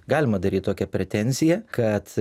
galima daryt tokią pretenziją kad